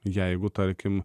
jeigu tarkim